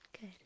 Good